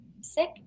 sick